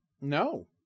no